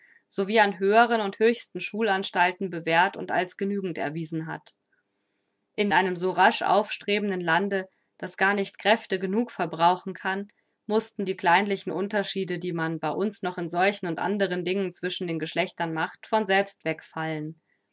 wie an höheren und höchsten schulanstalten bewährt und als genügend erwiesen hat in einem so rasch aufstrebenden lande das gar nicht kräfte genug verbrauchen kann mußten die kleinlichen unterschiede die man bei uns noch in solchen und andern dingen zwischen den geschlechtern macht von selbst wegfallen